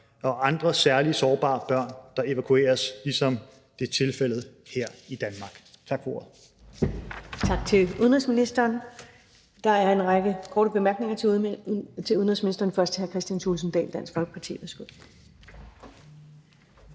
og andre særlig sårbare børn, der evakueres, ligesom det er tilfældet her i Danmark. Tak for ordet.